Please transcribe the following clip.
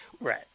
right